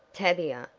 tavia!